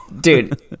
dude